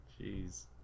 Jeez